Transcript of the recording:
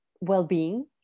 well-being